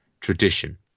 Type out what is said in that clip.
tradition